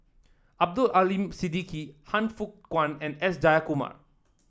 Abdul Aleem Siddique Han Fook Kwang and S Jayakumar